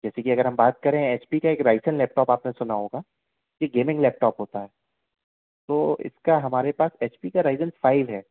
जैसे कि अगर हम बात करें एच पी का एक राइसेन लैपटॉप अपने सुना होगा ये गेमिंग लैपटॉप होता है तो इसका हमारे पास एच पी का राइज़ेन फाइव है